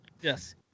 Yes